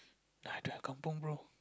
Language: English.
I don't have Kampung bro